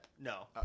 no